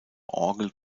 orgel